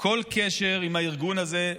כל קשר עם הארגון הזה,